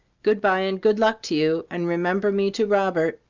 good-bye and good luck to you, and remember me to robert.